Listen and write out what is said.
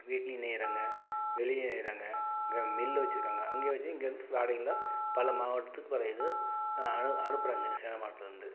வீட்லேயும் நெய்கிறாங்க வெளிய நெய்கிறாங்க மில் வச்சிருக்காங்க அங்கே வச்சி இங்கே இருந்து வாடகையெல்லாம் பல மாவட்டத்துக்கு பல இதை அனு அனுப்புறாங்க சேலம் மாவட்டத்துலேருந்து